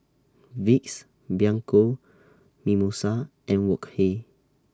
Vicks Bianco Mimosa and Wok Hey